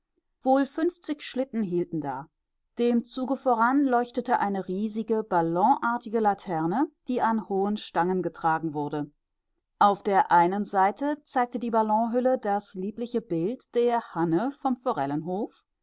wohl fünfzig schlitten hielten da dem zuge voran leuchtete eine riesige ballonartige laterne die an hohen stangen getragen wurde auf der einen seite zeigte die ballonhülle das liebliche bild der hanne vom forellenhof auf